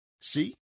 See